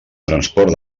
transport